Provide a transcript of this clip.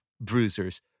bruisers